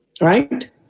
right